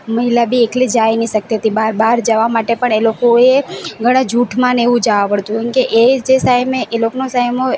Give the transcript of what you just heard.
મહિલા બી એકલી જઈ નહીં શકતી હતી બહાર બહાર જવા માટે પણ એ લોકોએ ઘણા જૂથમાં ને એવું જવું પડતું કેમકે એ જે ટાઈમે એ લોકોનો સાઇમ હોય